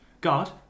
God